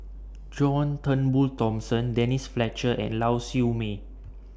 John Turnbull Thomson Denise Fletcher and Lau Siew Mei